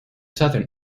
southern